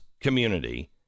community